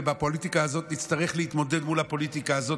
ובפוליטיקה הזאת נצטרך להתמודד מול הפוליטיקה הזאת